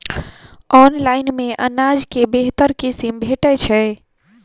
Online मे अनाज केँ बेहतर किसिम भेटय छै?